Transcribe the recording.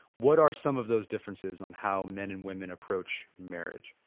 what are some of those differences on how many and women approach marriage?